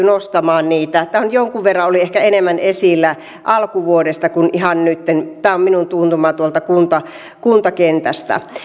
nostamaan niitä tämä oli ehkä jonkun verran enemmän esillä alkuvuodesta kuin ihan nytten tämä on minun tuntumani tuolta kuntakentältä